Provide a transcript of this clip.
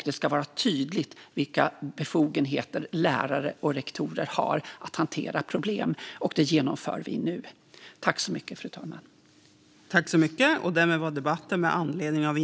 Det ska vara tydligt vilka befogenheter lärare och rektorer har när det gäller att hantera problem. Detta genomför vi nu.